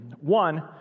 One